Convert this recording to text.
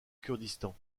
kurdistan